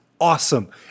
awesome